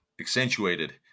accentuated